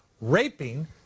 raping